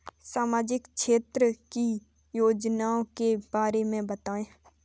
सामाजिक क्षेत्र की योजनाओं के बारे में बताएँ?